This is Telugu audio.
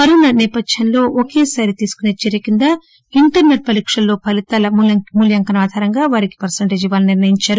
కరోనా నేపథ్యంలో ఒకేసారి తీసుకునే చర్య కింద ఇంటర్పల్ పరీక్షల్లో ఫలితాలు మూల్యాంకనం ఆధారంగా వారికి పర్పంటేజ్ ఇవ్వాలని నిర్ణయించారు